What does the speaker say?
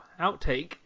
Outtake